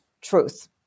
truth